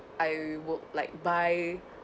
I would like buy